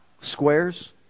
Squares